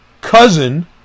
cousin